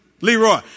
Leroy